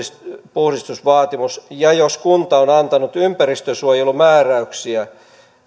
puhdistusvaatimus ja jos kunta on antanut ympäristönsuojelumääräyksiä